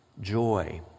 joy